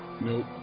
Nope